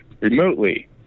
remotely